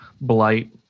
blight